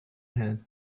hand